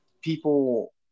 people